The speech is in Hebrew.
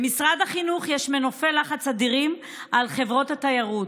למשרד החינוך יש מנופי לחץ אדירים על חברות התיירות,